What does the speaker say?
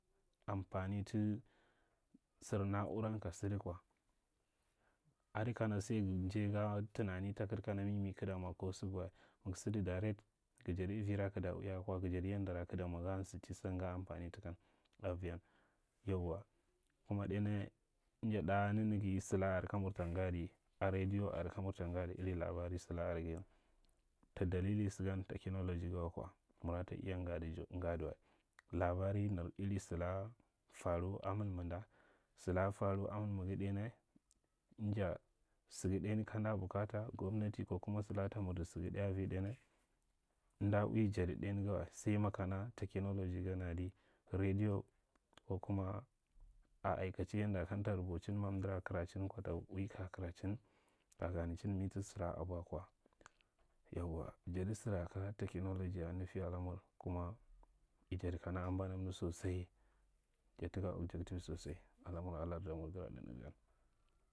Amfani ta sir na’uran ka sadd kwa ada kana sai gan injaiga tunani takir kana mimi kigta mwa ko saga wa. Mig sada direct ga jadi avira kig tara ui akwa, ga jadi yandara kig ta mw aka nsachi sam ga amfani takan aviyan. Yauwa, kuma ɗalaya anja ɗa nanaga sala are kamurta ngado a radiyo are kamur ta nga di iri labaru sala are ga ta dalili sagan, technology gan wakwa mara ta iya ngaji, agadawa. Labara nir iri sala taru a mimilda, sala faru a mimaga ɗainya, nja saga ɗainya kamda bukata, gwanati ko kuma sala ta mirda saga ɗainya avi ɗainya, amda ui jadi ɗainyi gan wa sai makana technology gan adi, nadiya ko kuma a aikache yanda kamita rubachin mamdara kaachin kwa ta ui ka karachin ka ganechin mi ta sara abwa akwa. Yawa jada sara ka technology a nufi ada mur, kuma i jada kana ambana amda sosal. Jataka activity sosai alamur a lardamur gan.